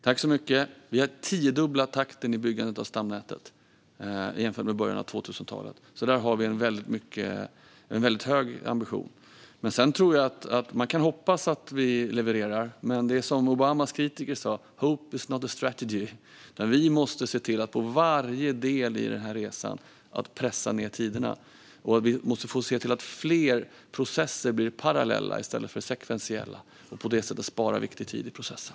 Fru talman! Vi har tiodubblat takten i byggandet av stamnätet jämfört med början av 2000-talet. Där har vi en väldigt hög ambition. Man kan hoppas att vi levererar, men det är som Obamas kritiker sa: "Hope is not a strategy." Vi måste i varje del av denna resa se till att pressa ned tiderna. Vi måste se till att fler processer blir parallella i stället för sekventiella. På detta sätt sparar vi viktig tid i processen.